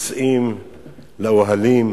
יוצאים לאוהלים,